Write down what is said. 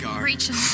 Rachel